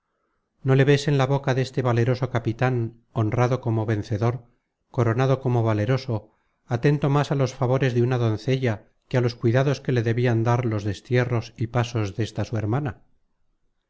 no le ves en la boca deste valeroso capitan honrado como vencedor coronado como valeroso atento más á los favores de una doncella que á los cuidados que le debian dar los destierros y pasos desta su hermana